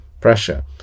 pressure